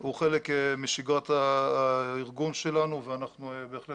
הוא חלק משגרת הארגון שלנו ואנחנו בהחלט